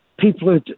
People